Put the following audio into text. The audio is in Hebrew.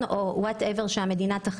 הזיכיון ה-2030.